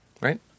right